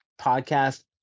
podcast